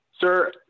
Sir